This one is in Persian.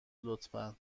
لطفا